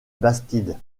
bastide